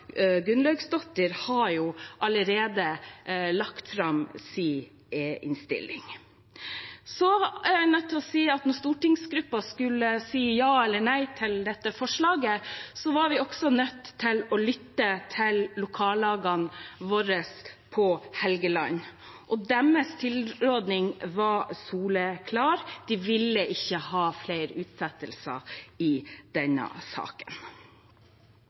Gunnlaugsdóttir har jo allerede lagt fram sin innstilling. Så er jeg nødt til å si at da stortingsgruppen skulle si ja eller nei til dette forslaget, var vi også nødt til å lytte til lokallagene våre på Helgeland, og deres tilråding var soleklar: De ville ikke ha flere utsettelser i denne saken.